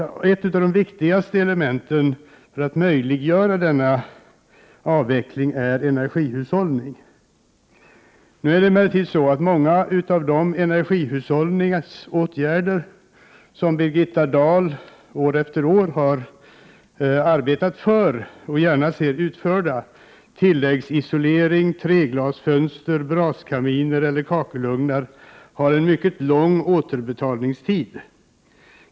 Ett av de viktigaste elementen för att möjliggöra denna avveckling är energihushållning. Många av de energihushållningsåtgärder som Birgitta Dahl år efter år har arbetet för och gärna ser utförda, tilläggsisolering, treglasfönster, braskaminer eller kakelugnar, har en mycket lång återbetalningstid.